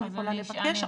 אני יכולה לבקש.